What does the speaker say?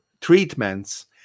treatments